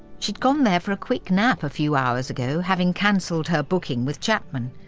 she'd gone there for a quick nap a few hours ago, having cancelled her booking with chapman.